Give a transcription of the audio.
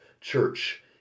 church